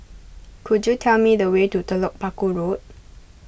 could you tell me the way to Telok Paku Road